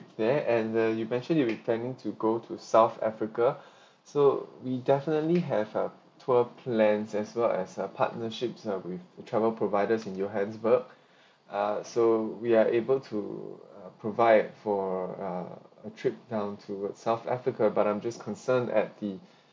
there and uh you mentioned you intending to go to south africa so we definitely have a tour plans as well as a partnerships um with travel providers in johannesburg ah so we are able to uh provide for ah a trip down towards south africa but I'm just concerned at the